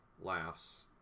laughs